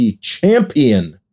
champion